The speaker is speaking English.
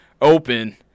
open